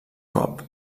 cop